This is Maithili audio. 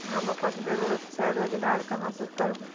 तऽ हम अपन व्यवसाय रोजगार कहाँसँ करबय